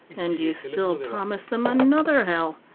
and you still promise them another hell.